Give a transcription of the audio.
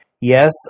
Yes